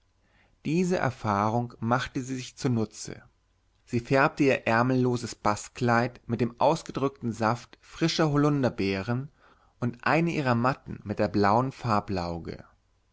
diese erfahrung machte sie sich zunutze sie färbte ihr ärmelloses bastkleid mit dem ausgedrückten saft frischer holunderbeeren und eine ihrer matten mit der blauen